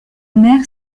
mère